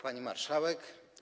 Pani Marszałek!